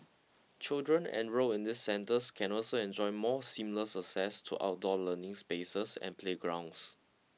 children enrolled in these centres can also enjoy more seamless access to outdoor learning spaces and playgrounds